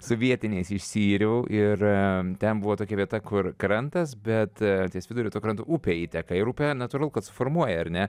su vietiniais išsiyriau ir ten buvo tokia vieta kur krantas bet ties viduriu to kranto upė įteka ir upė natūralu kad suformuoja ar ne